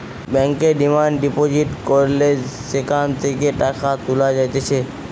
ব্যাংকে demand deposit করলে সেখান থেকে টাকা তুলা যাইতেছে